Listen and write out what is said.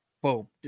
Whoa